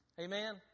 Amen